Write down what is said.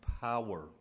power